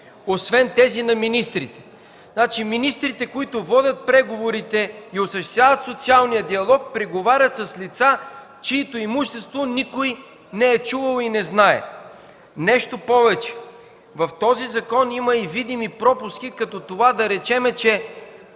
освен тези на министрите. Значи министрите, които водят преговорите и осъществяват социалния диалог, преговарят с лица, чието имущество никой не е чувал и не знае. Нещо повече, в този закон има и видими пропуски като това, да речем, че